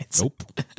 nope